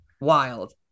wild